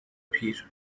پیر